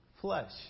flesh